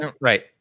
right